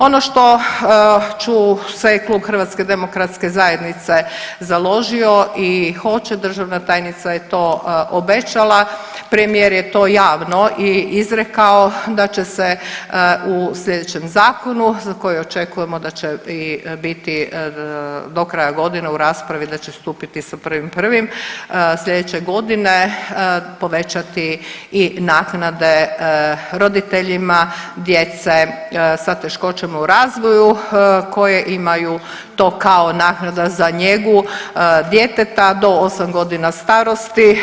Ono što ću se je Klub HDZ-a založio i hoće državna tajnica je to obećala premijer je to javno i izrekao da će se u slijedećem zakonu za koji očekujemo da će i biti do kraja godine u raspravi, da će stupiti sa 1.1. slijedeće godine povećati i naknade roditeljima djece sa teškoćama u razvoju koje imaju to kao naknada za njegu djeteta do 8 godina starosti.